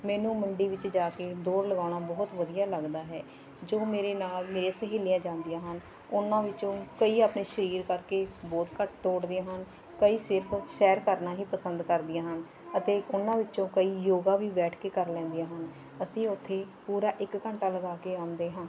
ਮੈਨੂੰ ਮੰਡੀ ਵਿੱਚ ਜਾ ਕੇ ਦੌੜ ਲਗਾਉਣਾ ਬਹੁਤ ਵਧੀਆ ਲੱਗਦਾ ਹੈ ਜੋ ਮੇਰੇ ਨਾਲ ਮੇਰੀਆਂ ਸਹੇਲੀਆਂ ਜਾਂਦੀਆਂ ਹਨ ਉਹਨਾਂ ਵਿੱਚੋਂ ਕਈ ਆਪਣੇ ਸਰੀਰ ਕਰਕੇ ਬਹੁਤ ਘੱਟ ਦੌੜਦੀਆਂ ਹਨ ਕਈ ਸਿਰਫ ਸੈਰ ਕਰਨਾ ਹੀ ਪਸੰਦ ਕਰਦੀਆਂ ਹਨ ਅਤੇ ਉਹਨਾਂ ਵਿੱਚੋਂ ਕਈ ਯੋਗਾ ਵੀ ਬੈਠ ਕੇ ਕਰ ਲੈਂਦੀਆਂ ਹਨ ਅਸੀਂ ਉੱਥੇ ਪੂਰਾ ਇੱਕ ਘੰਟਾ ਲਗਾ ਕੇ ਆਉਂਦੇ ਹਾਂ